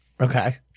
Okay